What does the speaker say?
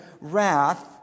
wrath